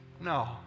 No